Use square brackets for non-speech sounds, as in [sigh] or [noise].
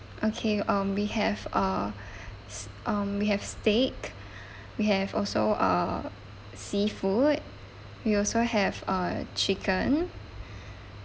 okay um we have uh [breath] um we have steak we have also uh seafood we also have uh chicken